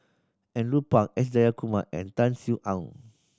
Andrew Phang S Jayakumar and Tan Sin Aun